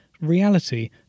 reality